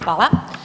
Hvala.